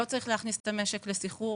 לא צריך להכניס את המשק לסחרור.